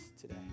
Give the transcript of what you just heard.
today